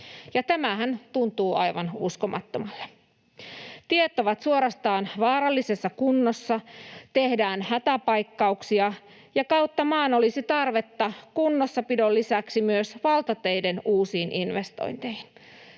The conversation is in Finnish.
Tämähän tuntuu aivan uskomattomalle. Tiet ovat suorastaan vaarallisessa kunnossa, tehdään hätäpaikkauksia, ja kautta maan olisi tarvetta kunnossapidon lisäksi myös valtateiden uusiin investointeihin.